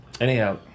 Anyhow